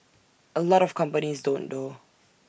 A lot of companies don't though